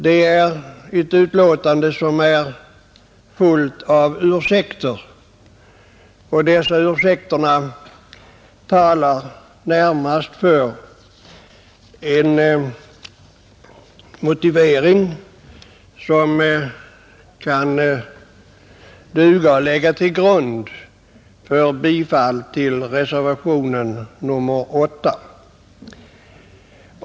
Det är ett betänkande som är fullt av ursäkter, och dessa ursäkter utgör närmast en motivering som kan duga att läggas till grund för bifall till reservationen nr 8.